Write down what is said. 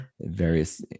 various-